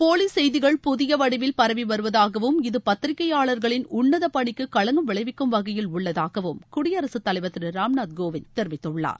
போலிசெய்திகள் புதியவடிவில் பரவிவருவதாகவும் இது பத்திரிகையாளர்களின் உள்ளதபணிக்கு களங்கம் விளைவிக்கும் வகையில் உள்ளதாகவும் குடியரசுத் தலைவர் திருராம்நாத் கோவிந்த் தெரிவித்துள்ளார்